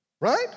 Right